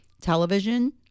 television